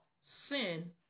sin